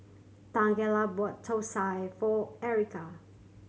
Tangela bought thosai for Erykah